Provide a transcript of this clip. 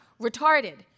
retarded